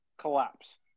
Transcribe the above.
collapse